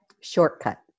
shortcut